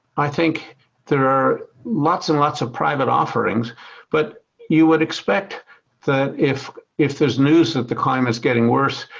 i think there are lots and lots of private offerings but you would expect that if if there's news that the climate's getting worse,